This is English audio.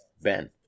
Ben